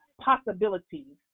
Possibilities